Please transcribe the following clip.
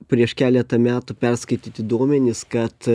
prieš keletą metų perskaityti duomenys kad